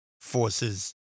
forces